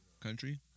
country